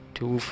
Two